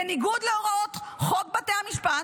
בניגוד להוראות חוק בתי המשפט,